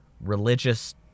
religious